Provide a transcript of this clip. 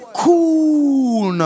cool